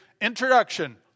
introduction